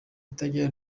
itagira